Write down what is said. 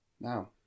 now